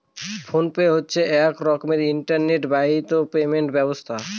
phone pay হচ্ছে এক রকমের ইন্টারনেট বাহিত পেমেন্ট ব্যবস্থা